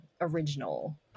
original